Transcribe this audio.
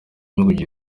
kugira